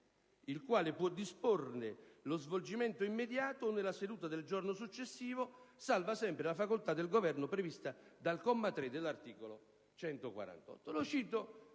il quale può disporne lo svolgimento immediato o nella seduta del giorno successivo, salva sempre la facoltà del Governo prevista dal comma 3 dell'articolo 148». Cito